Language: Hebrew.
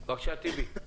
בבקשה, טיבי.